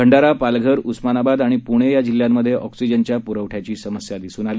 भंडारा पालघर उस्मानाबाद आणि पुणे या जिल्ह्यांमध्ये ऑक्सीजनच्या पुरवठ्याची समस्या दिसून आली